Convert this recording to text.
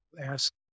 ask